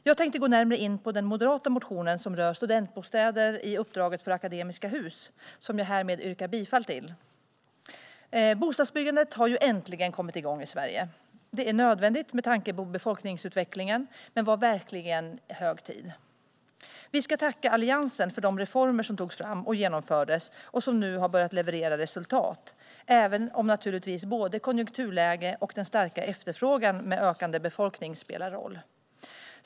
Jag tänkte gå närmare in på den moderata motionen som rör studentbostäder i uppdraget för Akademiska Hus som jag härmed yrkar bifall till. Bostadsbyggandet har äntligen kommit igång i Sverige. Det är nödvändigt med tanke på befolkningsutvecklingen, och det är verkligen hög tid för detta. Vi ska tacka Alliansen för de reformer som togs fram och genomfördes och som nu har börjat leverera resultat, även om naturligtvis både konjunkturläge och den starka efterfrågan i och med ökande befolkning spelar roll.